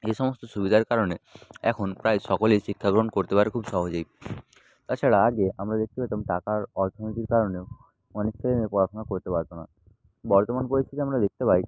এই সমস্ত সুবিধার কারণে এখন প্রায় সকলেই শিক্ষা গ্রহণ করতে পারে খুব সহজেই তাছাড়া আগে আমরা দেখতে পেতাম টাকার অর্থনৈতিক কারণেও অনেক ছেলেমেয়ে পড়াশোনা করতে পারত না বর্তমান পরিস্থিতিতে আমরা দেখতে পাই